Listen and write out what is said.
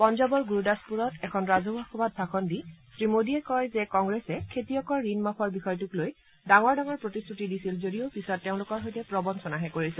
পঞ্জাবৰ গুৰুদাসপুৰত এখন ৰাজহুৱা সভাত ভাষণ দি শ্ৰীমোডীয়ে কয় যে কংগ্ৰেছে খেতিয়কৰ ঋণ মাফৰ বিষয়টোক লৈ ডাঙৰ ডাঙৰ প্ৰতিশ্ৰতি দিছিল যদিও পিছত তেওঁলোকৰ সৈতে প্ৰৱঞ্চনাহে কৰিছে